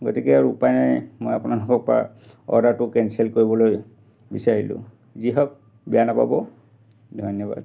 গতিকে আৰু উপায় নাই মই আপোনালোকৰ পৰা অৰ্ডাৰটো কেঞ্চেল কৰিবলৈ বিচাৰিলোঁ যি হওক বেয়া নাপাব ধন্যবাদ